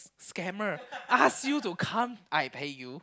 scammer ask you to come I pay you